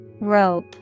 Rope